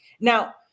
Now